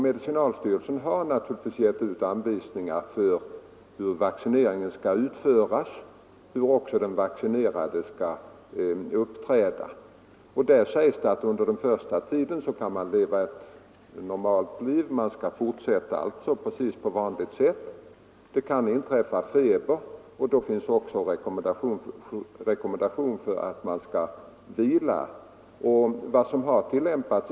Socialstyrelsen har givit ut anvisningar om hur vaccineringen skall utföras och om hur den vaccinerade skall skydda sig. Där sägs att man under de första dagarna kan leva på normalt sätt, man kan alltså fortsätta att arbeta på vanligt sätt. Det kan efter några dagar inträffa att man får feber, och det rekommenderas att man då skall vila.